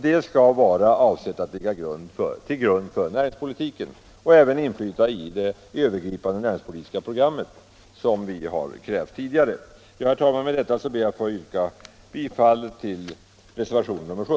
Den utvärderingen kunde då ligga till grund för näringspolitiken och även inverka på det övergripande näringspolitiska program som vi har krävt tidigare. Herr talman! Med det anförda ber jag att få yrka bifall till reservationen 7